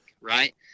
right